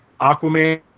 Aquaman